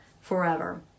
forever